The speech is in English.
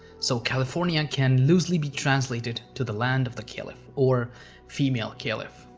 so, california can loosely be translated to the land of the caliph or female caliph.